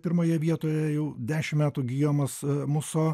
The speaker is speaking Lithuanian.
pirmoje vietoje jau dešimt metų gijomas muso